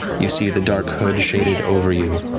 you see the dark hood shaded over you.